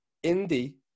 Indy